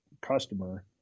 customer